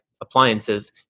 appliances